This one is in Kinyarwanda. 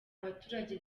abaturage